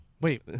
Wait